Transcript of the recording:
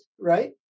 right